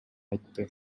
айтты